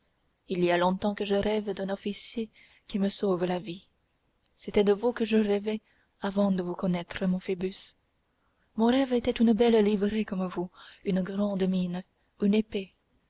il y a longtemps que je rêve d'un officier qui me sauve la vie c'était de vous que je rêvais avant de vous connaître mon phoebus mon rêve avait une belle livrée comme vous une grande mine une épée